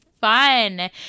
fun